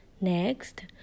Next